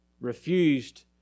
refused